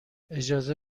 اجازه